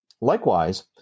Likewise